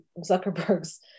Zuckerberg's